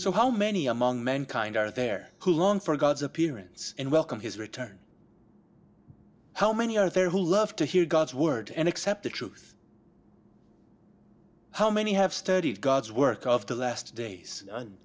so how many among mankind are there who long for god's appearance and welcome his return how many are there who love to hear god's word and accept the truth how many have studied god's work of the last days and